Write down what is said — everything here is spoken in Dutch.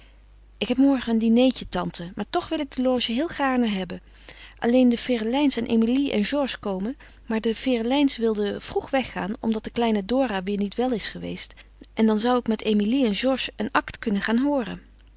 ik heb morgen een dinertje tante maar toch wil ik de loge heel gaarne hebben alleen de ferelijns en emilie en georges komen maar de ferelijns wilden vroeg weggaan omdat de kleine dora weêr niet wel is geweest en dan zoû ik met emilie en georges een acte kunnen gaan hooren